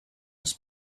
his